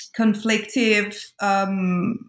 conflictive